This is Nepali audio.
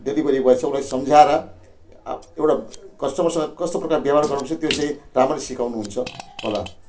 डेलिभरी बोय छ उसलाई सम्झाएर अ एउटा कस्टमरसँग कस्तो प्रकारको व्यवहार गर्नुपर्छ त्यो चाहिँ राम्ररी सिकाउनुहुन्छ होला